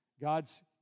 God's